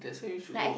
like I can